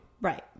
Right